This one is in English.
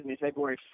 February